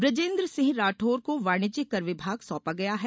बुजेन्द्र सिंह राठौर को वाणिज्य कर विभाग सौंपा गया है